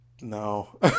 no